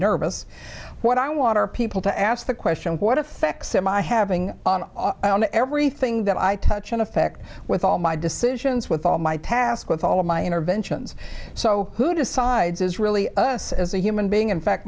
nervous what i want are people to ask the question what effects am i having on everything that i touch and affect with all my decisions with all my task with all of my interventions so who decides is really us as a human being in fact